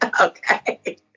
Okay